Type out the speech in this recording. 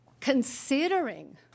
considering